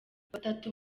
batatu